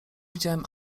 widziałem